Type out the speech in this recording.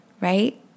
right